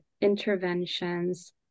interventions